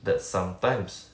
that's sometimes